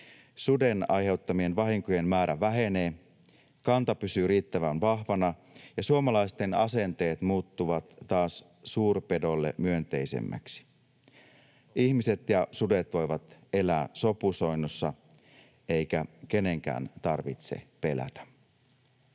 suden aiheuttamien vahinkojen määrä vähenee, kanta pysyy riittävän vahvana ja suomalaisten asenteet muuttuvat taas suurpedoille myönteisemmiksi. Ihmiset ja sudet voivat elää sopusoinnussa, eikä kenenkään tarvitse pelätä.